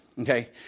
Okay